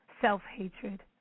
self-hatred